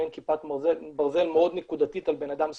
מעין כיפת ברזל מאוד נקודתית על אדם ספציפי,